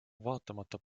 vaatamata